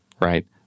right